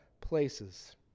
places